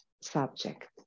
subject